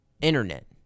internet